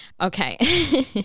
Okay